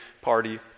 party